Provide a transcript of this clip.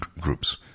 groups